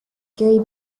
gary